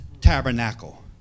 tabernacle